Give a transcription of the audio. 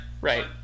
Right